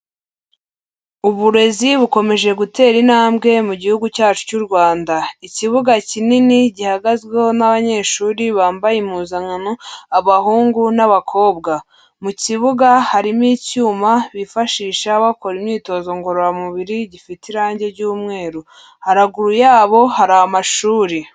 Uburezi bukomeje gutera intambwe mu gihugu cyacu cy'u Rwanda, ikibuga kinini gihagazweho n'abanyeshuri bambaye impuzankano, abahungu n'abakobwa mu kibuga harimo icyuma bifashisha bakora imyitozo ngororamubiri gifite irangi ry'umweru haruguru yabo hari amashuri.